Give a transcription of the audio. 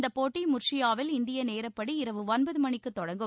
இந்தப்போட்டி முர்ஷியாவில் இந்திய நேரப்படி இரவு ஒன்பது மணிக்கு தொடங்கும்